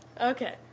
Okay